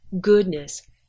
goodness